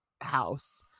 house